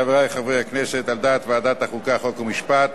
חברי חברי הכנסת, על דעת ועדת החוקה, חוק ומשפט